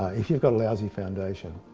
if you've got a lousy foundation,